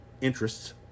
interests